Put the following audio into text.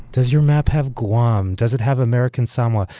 does your map have guam? does it have american samoa?